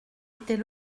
était